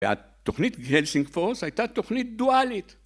והתוכנית הלסינג פורס הייתה תוכנית דואלית.